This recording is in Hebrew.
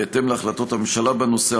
בהתאם להחלטות הממשלה בנושא,